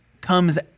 comes